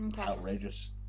Outrageous